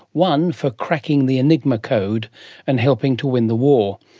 one for cracking the enigma code and helping to win the war.